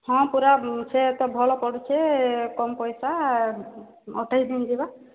ହଁ ପୁରା ସେ ତ ଭଲ ପଡ଼ୁଛେ କମ୍ ପଇସା ଅଠେଇଶ ଦିନ୍ ଯିବ